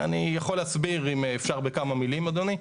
אני יכול להסביר, אם אפשר בכמה מילים אדוני.